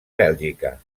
bèlgica